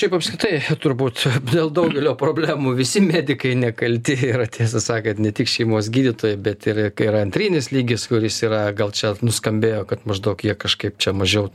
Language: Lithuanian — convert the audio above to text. šiaip apskritai turbūt dėl daugelio problemų visi medikai nekalti yra tiesą sakant ne tik šeimos gydytojai bet ir kai yra antrinis lygis kuris yra gal čia nuskambėjo kad maždaug jie kažkaip čia mažiau